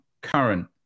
current